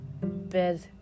bed